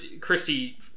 Christy